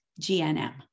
GNM